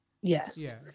Yes